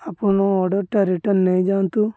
ଆପଣ ଅର୍ଡ଼ର୍ଟା ରିଟର୍ଣ୍ଣ ନେଇଯାଆନ୍ତୁ